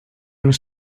was